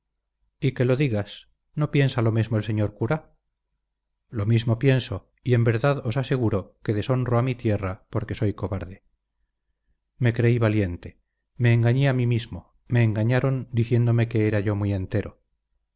y que lo digas no piensa lo mesmo el señor cura lo mismo pienso y en verdad os aseguro que deshonro a mi tierra porque soy cobarde me creí valiente me engañé a mí mismo me engañaron diciéndome que era yo muy entero